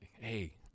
hey